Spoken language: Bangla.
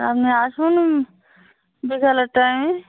আপনি আসুন বিকালের টাইমে